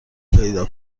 پیدا